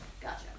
Gotcha